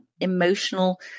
emotional